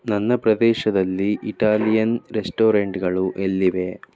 ನನ್ನ ಪ್ರದೇಶದಲ್ಲಿ ಇಟಾಲಿಯನ್ ರೆಸ್ಟೋರೆಂಟ್ಗಳು ಎಲ್ಲಿವೆ